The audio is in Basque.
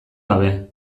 gabe